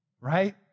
right